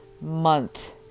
month